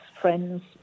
friends